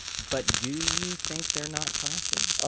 but do you think they're not classy?